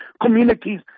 communities